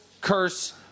curse